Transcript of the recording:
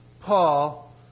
Paul